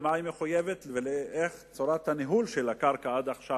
למה היא מחויבת ואיך היתה צורת הניהול של הקרקע עד עכשיו,